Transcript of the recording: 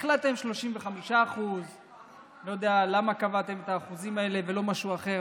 החלטתם 35%. לא יודע למה קבעתם את האחוזים האלה ולא משהו אחר,